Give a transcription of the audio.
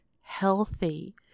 healthy